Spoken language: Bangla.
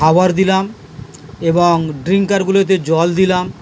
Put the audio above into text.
খাবার দিলাম এবং ড্রিঙ্কারগুলোতে জল দিলাম